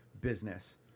business